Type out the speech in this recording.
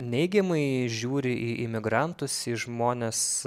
neigiamai žiūri į imigrantus į žmones